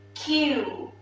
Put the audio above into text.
q,